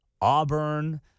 Auburn